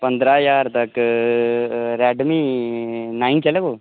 पंदरां ज्हार तक्कर रैड मी नाईन चलग